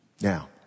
Now